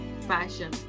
fashion